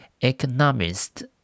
economist